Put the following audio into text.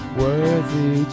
worthy